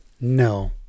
No